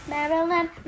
Maryland